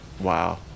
wow